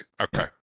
Okay